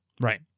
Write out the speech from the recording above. Right